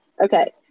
Okay